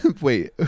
Wait